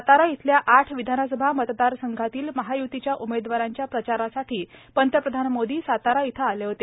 सातारा इथल्या आठ विधानसभा मतदारसंघातील महायुतीच्या उमेदवारांच्या प्रचारासाठी पंतप्रधान मोदी सातारा इथं आले होते